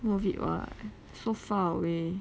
worth it [what] so far away